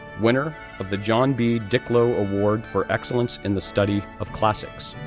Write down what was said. winner of the john b. dicklow award for excellence in the study of classics,